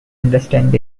understand